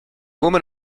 woman